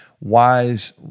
wise